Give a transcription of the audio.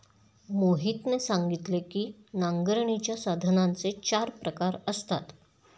मोहितने सांगितले की नांगरणीच्या साधनांचे चार प्रकार असतात